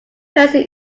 person